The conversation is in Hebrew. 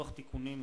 לוח תיקונים מס'